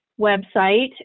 website